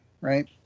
right